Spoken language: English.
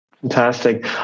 Fantastic